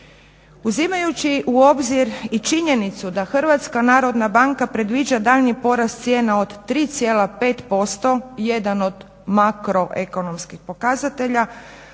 Uzimajući u obzir i činjenicu da HNB predviđa daljnji porast cijena od 3,5% jedan od makroekonomskih pokazatelja